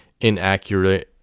inaccurate